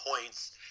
points